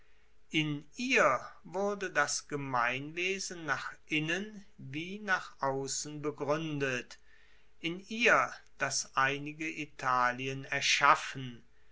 in ihr wurde das gemeinwesen nach innen wie nach aussen begruendet in ihr das einige italien erschaffen